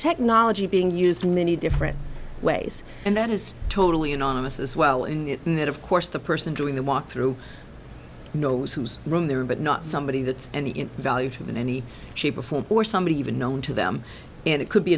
technology being used in many different ways and that is totally anonymous as well in that of course the person doing the walk through knows who's room there but not somebody that's and the value to them in any shape or form or somebody's even known to them and it could be